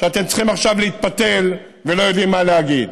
כשאתם צריכים עכשיו להתפתל ולא יודעים מה להגיד?